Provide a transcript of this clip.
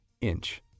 inch